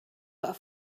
but